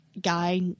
guy